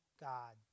God